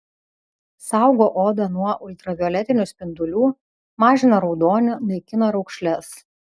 saugo odą nuo ultravioletinių spindulių mažina raudonį naikina raukšles